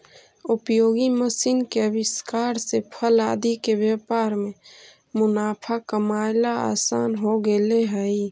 उपयोगी मशीन के आविष्कार से फल आदि के व्यापार में मुनाफा कमाएला असान हो गेले हई